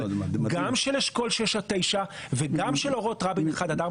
גם של אשכול 6-9 וגם של אורות רבין 1-4 ,